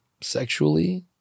sexually